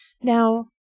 Now